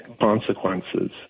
consequences